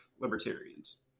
libertarians